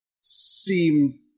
seem